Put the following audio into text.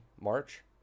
March